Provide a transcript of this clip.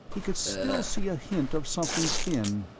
he could still see a hint of something thin,